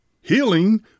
Healing